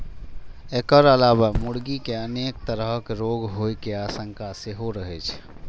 एकर अलावे मुर्गी कें अनेक तरहक रोग होइ के आशंका सेहो रहै छै